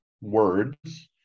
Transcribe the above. words